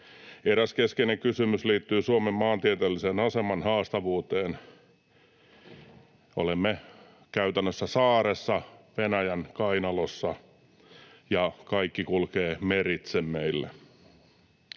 Eräs keskeinen kysymys liittyy Suomen maantieteellisen aseman haastavuuteen: olemme käytännössä saaressa Venäjän kainalossa, ja kaikki kulkee meille meritse.